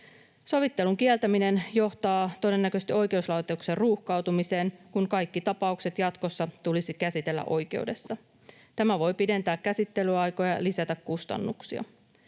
Sovittelun kieltäminen johtaa todennäköisesti oikeuslaitoksen ruuhkautumiseen, kun kaikki tapaukset tulisi jatkossa käsitellä oikeudessa. Tämä voi pidentää käsittelyaikoja ja lisätä kustannuksia.